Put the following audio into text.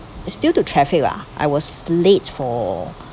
it's due to traffic lah I was late for